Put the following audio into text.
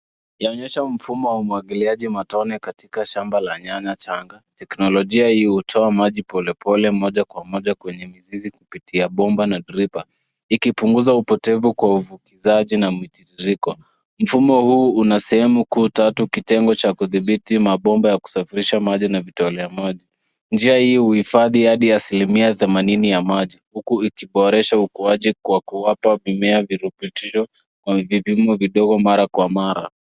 Inaonyesha mfumo wa umwagiliaji matone katika shamba la nyanya changa. Teknolojia hii hutoa maji polepole moja kwa moja kwenye mizizi kupitia bomba na driper ikipunguza upotevu kwa uvukishaji na mtiririko. Mfumo huu una sehemu kuu tatu, kitengo cha kudhibiti mabomba ya kusafirisha maji na vitolea maji. Njia hii huhifadhi hadi asilimia themanini ya maji huku ikiboresha ukuaji kwa kuwapa mimea virutubisho vidogo mara kwa mara.